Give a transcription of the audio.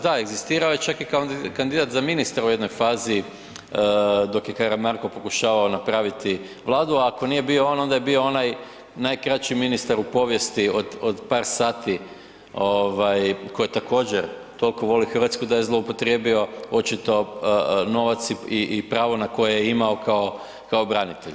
Da, egzistirao je čak i kandidat za ministra u jednoj fazi dok je Karamarko pokušavao napraviti Vladu a ako nije bio on onda je bio onaj najkraći ministar u povijesti od par sati koji također toliko voli Hrvatsku da je zloupotrijebio očito novac i pravo na koje je imao kao branitelj.